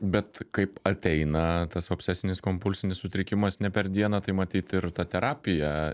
bet kaip ateina tas obsesinis kompulsinis sutrikimas ne per dieną tai matyt ir ta terapija